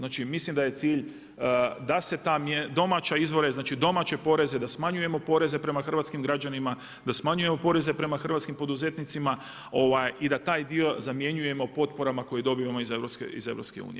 Znači mislim da je cilj da se ta mjera, domaće izvore, znači domaće poreze, da smanjujemo poreze prema hrvatskim građanima, da smanjujemo poreze prema hrvatskim poduzetnicima i da taj dio zamjenjujemo potporama koje dobijemo iz EU.